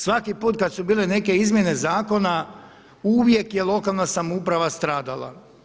Svaki put kada su bile neke izmjene zakona uvijek je lokalna samouprava stradala.